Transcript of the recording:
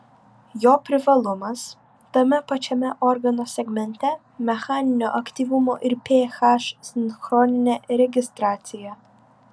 jo privalumas tame pačiame organo segmente mechaninio aktyvumo ir ph sinchroninė registracija